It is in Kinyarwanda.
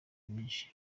benshi